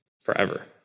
forever